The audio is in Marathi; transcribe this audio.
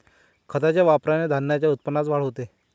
खताच्या वापराने धान्याच्या उत्पन्नात वाढ होते